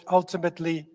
ultimately